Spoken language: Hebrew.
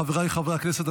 חבריי חברי הכנסת,